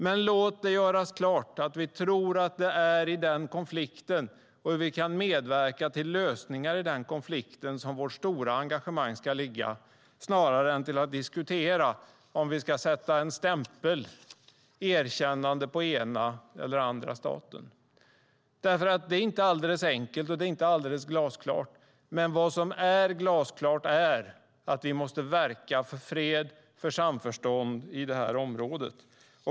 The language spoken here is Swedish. Men låt det göras klart att vi tror att det är i denna konflikt och hur vi kan medverka till lösningar av den som vårt stora engagemang ska ligga snarare än att vi ska diskutera om vi ska sätta en stämpel med erkännande på den ena eller den andra staten. Det är inte alldeles enkelt, och det är inte alldeles glasklart. Men vad som är glasklart är att vi måste verka för fred och för samförstånd i området.